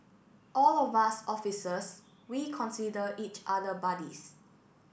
all of us officers we consider each other buddies